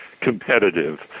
competitive